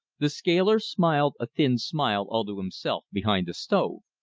the scaler smiled a thin smile all to himself behind the stove.